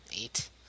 eight